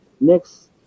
next